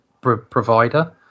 provider